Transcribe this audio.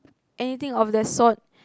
anything of the sort